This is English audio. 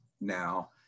now